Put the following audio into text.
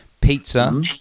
Pizza